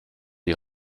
die